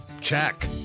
check